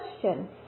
question